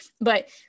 but-